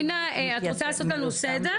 לינא, את רוצה לעשות לנו סדר?